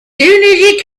soon